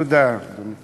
תודה, אדוני.